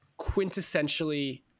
quintessentially